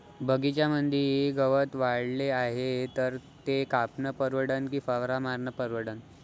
बगीच्यामंदी गवत वाढले हाये तर ते कापनं परवडन की फवारा मारनं परवडन?